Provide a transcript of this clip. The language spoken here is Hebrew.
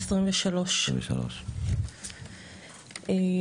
היא היתה בת 23. אני